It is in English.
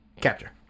capture